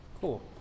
Cool